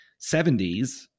70s